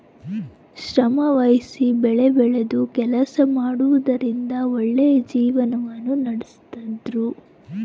ಶ್ರಮವಹಿಸಿ ಬೆಳೆಬೆಳೆದು ಕೆಲಸ ಮಾಡುವುದರಿಂದ ಒಳ್ಳೆಯ ಜೀವನವನ್ನ ನಡಿಸ್ತಿದ್ರು